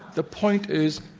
the point is,